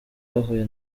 bahuye